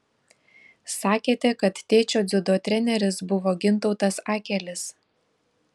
sakėte kad tėčio dziudo treneris buvo gintautas akelis